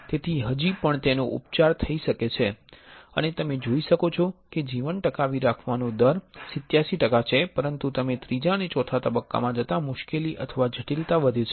તેથી હજી પણ તેનો ઉપચાર થઈ શકે છે અને તમે જોઈ શકો છો કે જીવન ટકાવી રાખવાનો દર સર્વાયવલ રેટ 87 ટકા છે પરંતુ તમે ત્રીજા અને ચોથા તબક્કામાં જતા મુશ્કેલી અથવા જટિલતા વધે છે